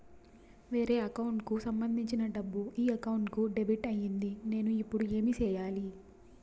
వేరే అకౌంట్ కు సంబంధించిన డబ్బు ఈ అకౌంట్ కు డెబిట్ అయింది నేను ఇప్పుడు ఏమి సేయాలి